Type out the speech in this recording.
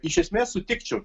iš esmės sutikčiau